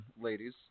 Ladies